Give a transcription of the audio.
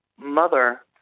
mother